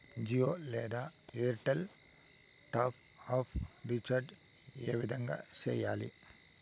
జియో లేదా Airtel top up recharge ఏ విధంగా సేయాలి